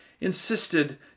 insisted